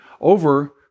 over